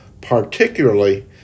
particularly